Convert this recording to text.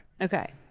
Okay